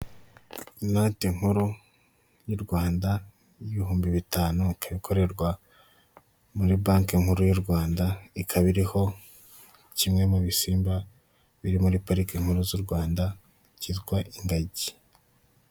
Inoti nkuru y'u Rwanda y'ibihumbi bitanu ikaba korerwa muri banki nkuru y'u Rwanda ikaba iriho kimwe mu bisimba kiri muri pariki nkuru z'urwanda kitwa ingagi.